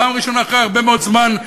פעם ראשונה אחרי הרבה מאוד זמן,